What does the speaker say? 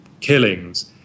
killings